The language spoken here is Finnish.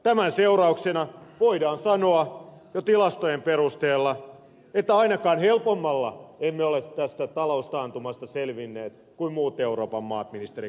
tämän seurauksena voidaan sanoa jo tilastojen perusteella että ainakaan helpommalla emme ole tästä taloustaantumasta selvinneet kuin muut euroopan maat ministeri katainen